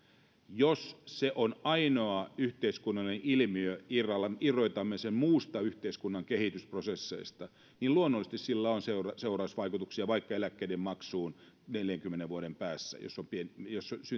jos se on ainoa yhteiskunnallinen ilmiö jos me irrotamme sen muista yhteiskunnan kehitysprosesseista niin luonnollisesti sillä on seurausvaikutuksia vaikka eläkkeiden maksuun neljänkymmenen vuoden päässä jos